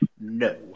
no